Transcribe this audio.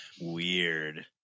Weird